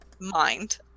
mind